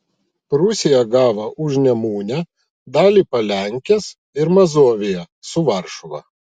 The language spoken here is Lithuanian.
prūsija gavo užnemunę dalį palenkės ir mazoviją su varšuva